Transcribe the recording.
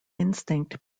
instinct